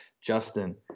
Justin